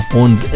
und